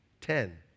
Ten